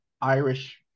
irish